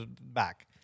back